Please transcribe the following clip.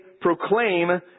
proclaim